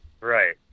Right